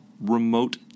remote